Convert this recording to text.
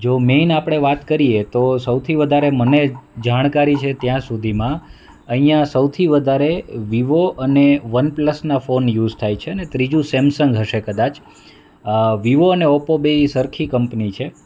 જો મેઈન આપણે વાત કરીએ તો સૌથી વધારે મને જાણકારી છે ત્યાં સુધીમાં અહીંયા સૌથી વધારે વિવો અને વન પ્લસના ફોન યુઝ થાય છે અંને ત્રીજું સેમસંગ હશે કદાચ વિવો અને ઓપ્પો બંને સરખી કંપની છે